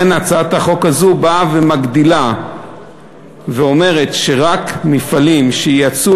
הצעת החוק הזאת מגדילה ואומרת שרק מפעלים שייצאו